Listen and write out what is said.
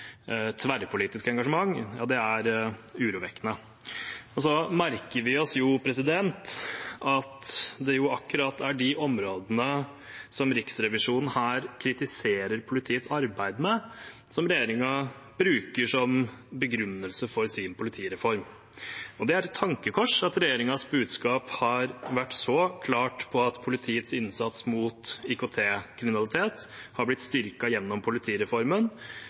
det er også et tverrpolitisk engasjement – er urovekkende. Vi merker oss at det er akkurat de områdene Riksrevisjonen her kritiserer politiets arbeid med, som regjeringen bruker som begrunnelse for sin politireform. Det er et tankekors at regjeringens budskap har vært så klart på at politiets innsats mot IKT-kriminalitet har blitt styrket gjennom politireformen,